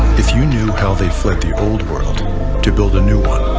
if you knew how they fled the old world to build a new one,